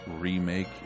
remake